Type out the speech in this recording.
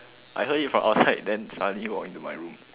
I heard it from outside then suddenly walk into my room